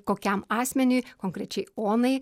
kokiam asmeniui konkrečiai onai